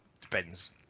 depends